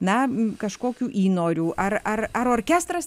na kažkokių įnorių ar ar ar orkestras